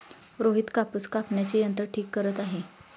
रोहित कापूस कापण्याचे यंत्र ठीक करत आहे